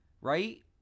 right